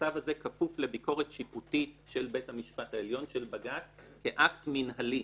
הצו הזה כפוף לביקורת שיפוטית של בית המשפט העליון של בג"ץ כאקט מנהלי.